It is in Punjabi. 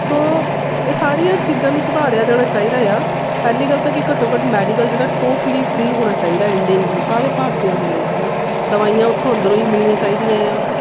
ਸੋ ਇਹ ਸਾਰੀਆਂ ਚੀਜ਼ਾਂ ਨੂੰ ਸੁਧਾਰਿਆ ਜਾਣਾ ਚਾਹੀਦਾ ਆ ਪਹਿਲੀ ਗੱਲ ਤਾਂ ਕਿ ਘੱਟੋ ਘੱਟ ਮੈਡੀਕਲ ਜਿਹੜਾ ਟੋਟਲੀ ਫ਼ਰੀ ਹੋਣਾ ਚਾਹੀਦਾ ਇੰਡੀਅਨਸ ਨੂੰ ਸਾਰੇ ਭਾਰਤੀਆਂ ਦੇ ਲਈ ਹੈ ਨਾ ਦਵਾਈਆਂ ਉੱਥੋ ਅੰਦਰੋਂ ਹੀ ਮਿਲਨੀਆਂ ਚਾਹੀਦੀਆਂ ਆ